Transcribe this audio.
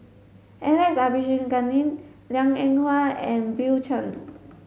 Alex Abisheganaden Liang Eng Hwa and Bill Chen